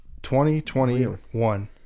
2021